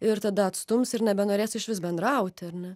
ir tada atstums ir nebenorės išvis bendrauti ar ne